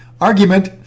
argument